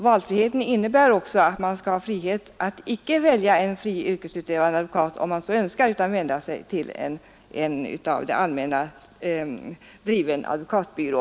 Valfriheten innebär också att man skall ha frihet att icke välja en fritt yrkesutövande advokat utan om man så önskar få vända sig till en av det allmänna driven advokatbyrå.